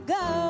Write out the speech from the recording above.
go